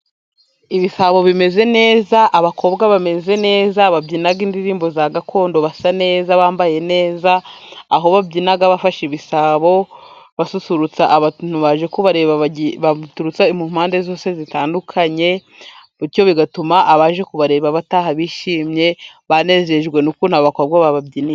Ibisabo bimeze neza, abakobwa bameze neza, babyina indirimbo za gakondo, basa neza, bambaye neza, aho babyina bafashe ibisabo, basusurutsa abaje kubareba, baturutse mu mpande zose zitandukanye, bityo bigatuma abaje kubareba bataha bishimye, banejejwe n'ukuntu abakobwa bababyiniye.